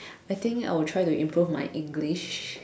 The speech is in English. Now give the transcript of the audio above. I think I will try to improve my English